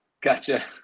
Gotcha